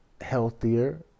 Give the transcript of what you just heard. healthier